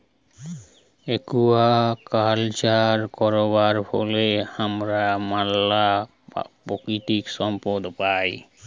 aquaculture করবার ফলে হামরা ম্যালা প্রাকৃতিক সম্পদ পাই